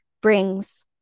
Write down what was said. brings